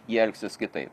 jie elgsis kitaip